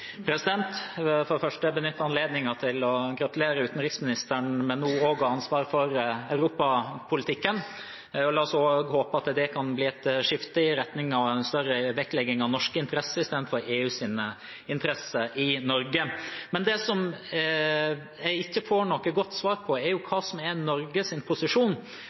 for det første benytte anledningen til å gratulere utenriksministeren med nå også å ha fått ansvaret for europapolitikken. La oss håpe at det kan bli et skifte i retning av en større vektlegging av norske interesser i stedet for EUs interesser i Norge. Det jeg ikke får noe godt svar på, er hva som er Norges posisjon.